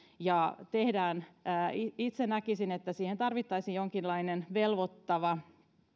ja itse näkisin että siihen tarvittaisiin jonkinlainen velvoittava